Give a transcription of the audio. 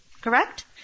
correct